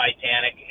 Titanic